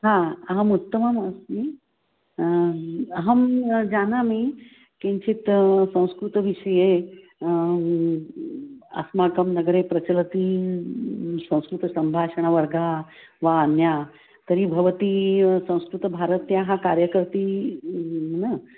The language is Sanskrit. हा अहम् उत्तमम् अस्मि अहं जानामि किञ्चित् संस्कृतविषये अस्माकं नगरे प्रचलति संस्कृतसम्भाषणवर्गः वा अन्यः तर्हि भवती संस्कृतभारत्याः कार्यकर्त्री न